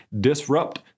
disrupt